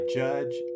judge